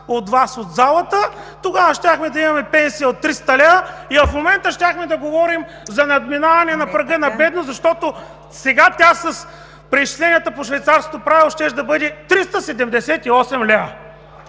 изнизали от залата, тогава щяхме да имаме пенсия от 300 лв. и в момента щяхме да говорим за надминаване на прага на бедност, защото с преизчисленията по Швейцарското правило сега тя щеше да бъде 378 лв.